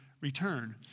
return